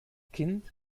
kind